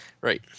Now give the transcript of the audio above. Right